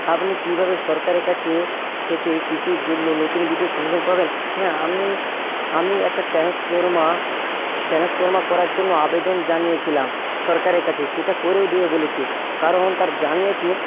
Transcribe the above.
আপনি কীভাবে সরকারের কাছ থেকে কৃষির জন্য নতুন বিদ্যুৎ সংযোগ পাবেন হ্যাঁ আমি আমি একটা ট্রান্সফরমার ট্রান্সফরমার করার জন্য আবেদন জানিয়েছিলাম সরকারের কাছে সেটা করেও দেবে বলেছে কারণ তারা জানিয়েছে